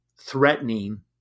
threatening